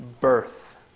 birth